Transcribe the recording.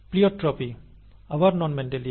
pleiotropy আবার non Mendelian